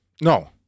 No